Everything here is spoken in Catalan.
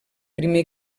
primer